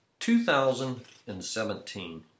2017